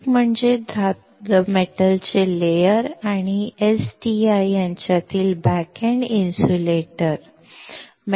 एक म्हणजे धातूचे थर आणि STI यांच्यातील बॅकएंड इन्सुलेटर